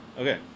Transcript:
Okay